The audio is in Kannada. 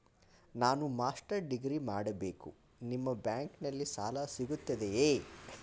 ನಾನು ಮಾಸ್ಟರ್ ಡಿಗ್ರಿ ಮಾಡಬೇಕು, ನಿಮ್ಮ ಬ್ಯಾಂಕಲ್ಲಿ ಸಾಲ ಸಿಗುತ್ತದೆಯೇ?